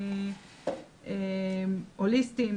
הוליסטיים,